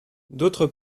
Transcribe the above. d’autre